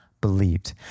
believed